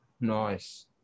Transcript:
Nice